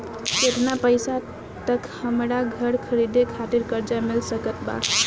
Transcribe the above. केतना पईसा तक हमरा घर खरीदे खातिर कर्जा मिल सकत बा?